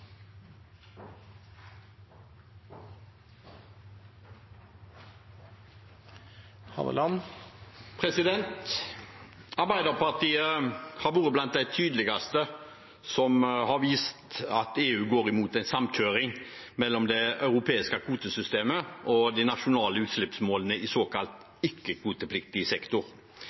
Arbeiderpartiet har vært blant dem som tydeligst har vist at EU går mot en samkjøring mellom det europeiske kvotesystemet og de nasjonale utslippsmålene i såkalt ikke-kvotepliktig sektor.